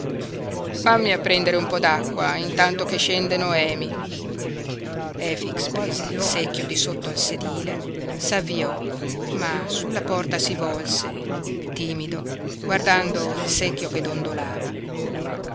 vammi a prendere un po d'acqua intanto che scende noemi efix prese il secchio di sotto al sedile s'avviò ma sulla porta si volse timido guardando il secchio che dondolava